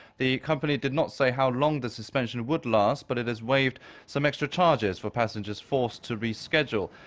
the company did not say how long the suspension would last, but it has waived some extra charges for passengers forced to reschedule.